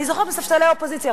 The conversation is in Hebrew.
אני זוכרת מספסלי האופוזיציה,